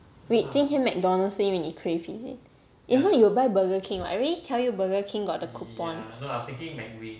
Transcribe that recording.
wait 今天 mcdonald's 是因为你 crave is it if not you buy burger king right I already tell you burger king got the coupon